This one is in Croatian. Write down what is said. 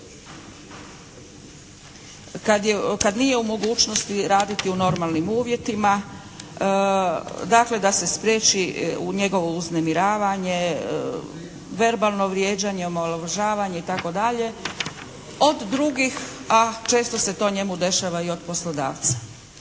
kad nije u mogućnosti raditi u normalnim uvjetima, dakle da se spriječi njegovo uznemiravanje, verbalno vrijeđanje, omalovažavanje itd. od drugih, a često se to njemu dešava i od poslodavca.